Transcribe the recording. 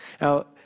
Now